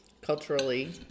culturally